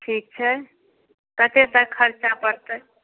ठीक छै कतेक तक खर्चा पड़तै